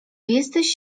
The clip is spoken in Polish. jesteś